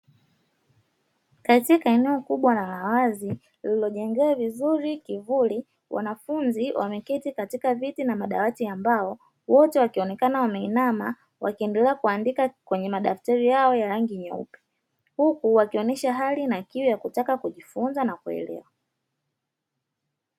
Katika eneo kubwa la wazi, lililojengewa vizuri kivuli. Wanafunzi wameketi katika viti na madawati ya mbao. Wote wakionekana wameinama, wakiendelea kuandika kwenye madaftari yao ya rangi nyeupe, huku wakionyesha hali na kiu ya kuelewa.